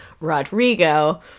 Rodrigo